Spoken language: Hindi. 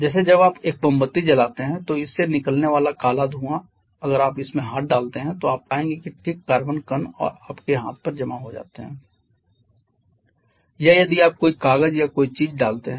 जैसे जब आप एक मोमबत्ती जलाते हैं तो इससे निकलने वाला काला धुआं अगर आप इसमें हाथ डालते हैं तो आप पाएंगे कि ठीक कार्बन कण आपके हाथ पर जमा हो जाते हैं या यदि आप कोई कागज या कोई चीज डालते हैं